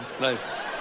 nice